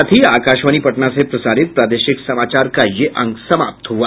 इसके साथ ही आकाशवाणी पटना से प्रसारित प्रादेशिक समाचार का ये अंक समाप्त हुआ